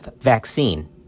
vaccine